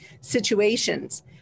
situations